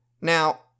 Now